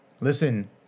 Listen